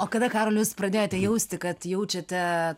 o kada karoli jūs pradėjote jausti kad jaučiate